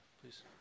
Please